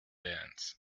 dance